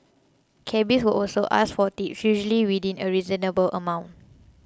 cabbies would ask for tips usually within a reasonable amount